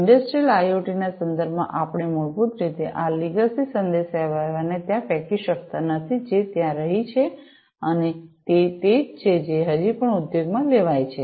ઇંડસ્ટ્રિયલઆઇઓટીના સંદર્ભમાં આપણે મૂળભૂત રીતે આ લીગસી સંદેશાવ્યવહારને ત્યાં ફેંકી શકતા નથી જે ત્યાં રહી છે અને તે તે છે જે હજી પણ ઉદ્યોગમાં ઉપયોગમાં લેવાય છે